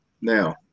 Now